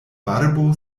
barbo